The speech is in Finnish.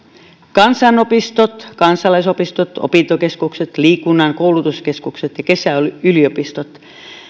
kansanopistot kansalaisopistot opintokeskukset liikunnan koulutuskeskukset ja kesäyliopistot